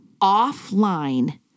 offline